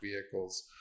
vehicles